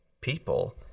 people